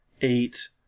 eight